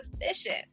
sufficient